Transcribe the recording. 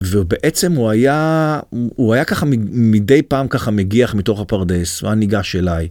ובעצם הוא היה ככה מדי פעם מגיח מתוך הפרדס והיה ניגש אליי.